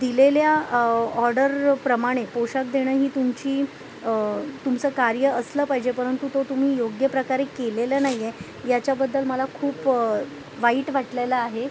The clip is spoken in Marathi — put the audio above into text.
दिलेल्या ऑर्डरर् प्रमाणे पोशाख देणं ही तुमची तुमचं कार्य असलं पाहिजे परंतु तो तुम्ही योग्य प्रकारे केलेलं नाही आहे याच्याबद्दल मला खूप वाईट वाटलेलं आहे